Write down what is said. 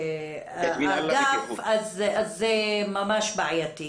האגף אז זה ממש בעייתי.